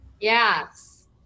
Yes